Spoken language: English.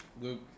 Luke